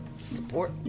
Support